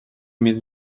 mieć